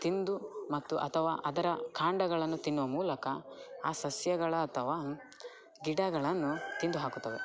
ತಿಂದು ಮತ್ತು ಅಥವಾ ಅದರ ಕಾಂಡಗಳನ್ನು ತಿನ್ನುವ ಮೂಲಕ ಆ ಸಸ್ಯಗಳು ಅಥವಾ ಗಿಡಗಳನ್ನು ತಿಂದು ಹಾಕುತ್ತವೆ